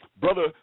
Brother